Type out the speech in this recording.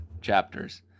chapters